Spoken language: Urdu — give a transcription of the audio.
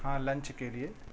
ہاں لنچ کے لیے